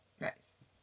Nice